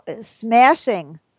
smashing